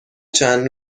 چند